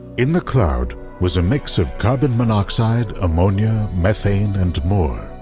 in the cloud was a mix of carbon monoxide, ammonia, methane, and more.